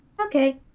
Okay